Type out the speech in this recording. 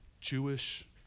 Jewish